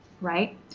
right